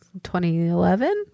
2011